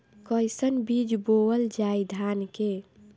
कईसन बीज बोअल जाई धान के?